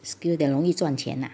skill that 容易赚钱 ah